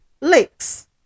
lakes